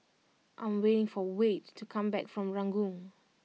I am waiting for Wayde to come back from Ranggung